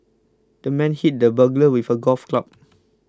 the man hit the burglar with a golf club